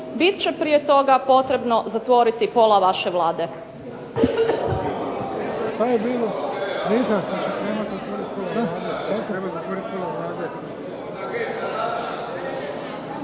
biti će prije toga potrebno zatvoriti pola vaše Vlade.